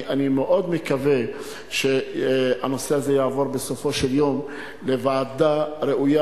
אני מאוד מקווה שהנושא הזה יעבור בסופו של יום לוועדה ראויה.